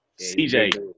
CJ